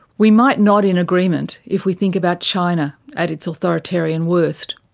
we might nod in agreement if we think about china at its authoritarian worst.